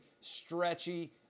stretchy